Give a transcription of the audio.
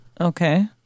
Okay